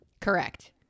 Correct